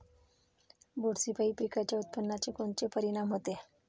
बुरशीपायी पिकाच्या उत्पादनात कोनचे परीनाम होते?